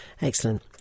Excellent